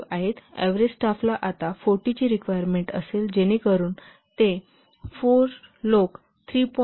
तर एव्हरेज स्टाफना आता 40 ची रिक्वायरमेंट असेल जेणेकरून ते 4 लोक 3